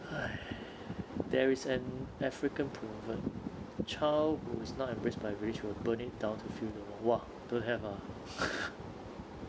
!hais! there is an african proverb child who is not embraced by village will burn it down to funeral !wah! don't have